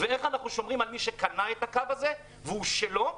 ואיך אנחנו שומרים על מי שקנה את הקו הזה והוא שלו,